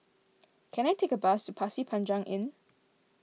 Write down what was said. can I take a bus to Pasir Panjang Inn